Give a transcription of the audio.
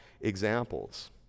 examples